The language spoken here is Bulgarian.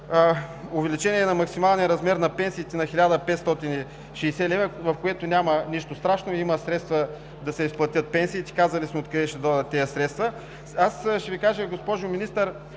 увеличение на максималния размер на пенсиите на 1560 лв., в което няма нищо страшно. Има средства да се изплатят пенсиите, казали сме откъде ще дойдат тези средства. Ще Ви кажа, госпожо Министър,